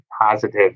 positive